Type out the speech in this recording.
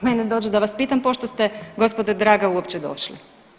Meni dođe da vas pitam, pošto ste, gospodo draga, uopće došli.